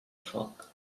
foc